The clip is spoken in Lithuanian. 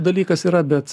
dalykas yra bet